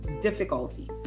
difficulties